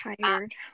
tired